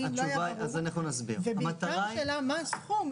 זה צריך להיות מוצג כאן,